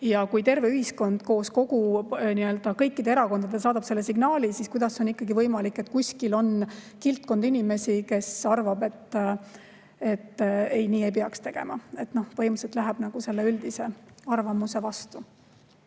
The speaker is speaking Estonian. Kui terve ühiskond koos kõikide erakondadega saadab selle signaali, siis kuidas on ikkagi võimalik, et kuskil on kildkond inimesi, kes arvab, et nii ei peaks tegema? Põhimõtteliselt läheb see üldise arvamuse vastu.